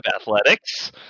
athletics